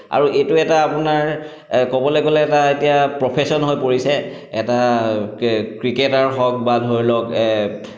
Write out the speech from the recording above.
আৰু এইটো এটা আপোনাৰ ক'বলৈ গ'লে এটা এতিয়া প্ৰফেশ্যন হৈ পৰিছে এটা কে ক্ৰিকেটাৰ হওক বা ধৰি লওক